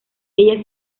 ella